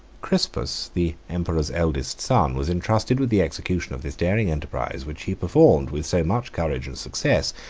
crispus, the emperor's eldest son, was intrusted with the execution of this daring enterprise, which he performed with so much courage and success,